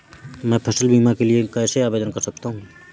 मैं फसल बीमा के लिए कैसे आवेदन कर सकता हूँ?